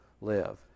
live